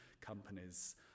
companies